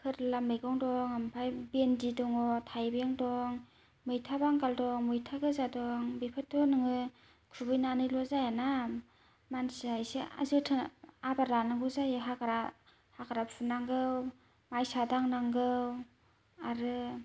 फोरला मैगं दं ओमफाय भेन्दि दङ थाइबें दं मैथा बांगाल दं मैथा गोजा दं बेफोरथ' नोङो खुबैनानैल' जायाना मानसिया एसे जोथोन आबार लानांगौ जायो हाग्रा हाग्रा फुनांगौ माइसा दांनांगौ आरो